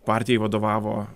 partijai vadovavo